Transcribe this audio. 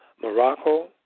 Morocco